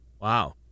Wow